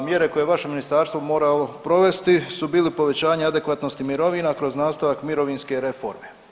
Mjere koje vaše ministarstvo mora provesti su bili povećanje adekvatnosti mirovina kroz nastavak mirovinske reforme.